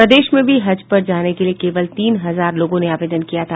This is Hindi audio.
प्रदेश में भी हज पर जाने के लिये केवल तीन हजार लोगों ने आवेदन किया था